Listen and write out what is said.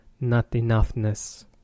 not-enoughness